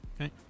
Okay